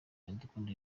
iradukunda